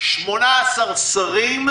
18 שרים,